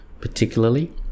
particularly